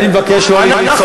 אני מבקש לא לצעוק.